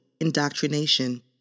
indoctrination